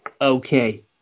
Okay